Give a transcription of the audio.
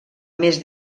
més